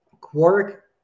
Quark